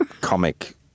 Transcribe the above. comic